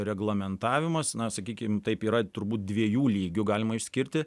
reglamentavimas na sakykim taip yra turbūt dviejų lygių galima išskirti